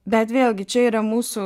bet vėlgi čia yra mūsų